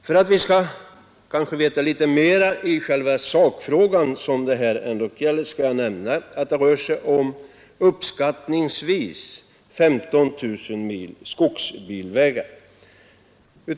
För att orientera litet i den sakfråga det här gäller kan jag nämna att det rör sig om uppskattningsvis 15 000 mil skogsbilvägar.